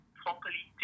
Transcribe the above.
properly